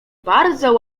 bardzo